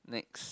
next